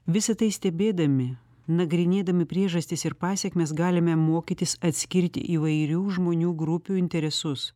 visa tai stebėdami nagrinėdami priežastis ir pasekmes galime mokytis atskirti įvairių žmonių grupių interesus